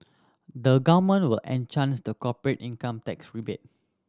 the Government will an chance the corporate income tax rebate